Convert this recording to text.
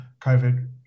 COVID